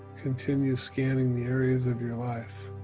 continue scanning the areas of your life,